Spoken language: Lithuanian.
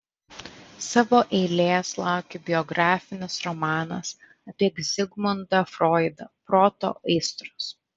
savo eilės laukia biografinis romanas apie zigmundą froidą proto aistros